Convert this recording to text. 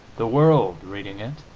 the world, reading it,